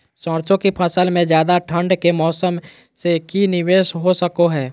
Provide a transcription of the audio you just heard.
सरसों की फसल में ज्यादा ठंड के मौसम से की निवेस हो सको हय?